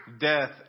Death